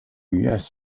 yes